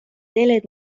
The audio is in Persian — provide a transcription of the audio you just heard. دلت